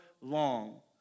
long